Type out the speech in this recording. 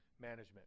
management